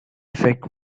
effect